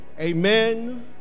Amen